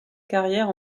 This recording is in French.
carrière